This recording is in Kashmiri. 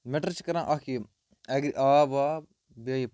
مٮ۪ٹر چھِ کَران اَکھ یہِ اَگر یہِ آب واب بیٚیہِ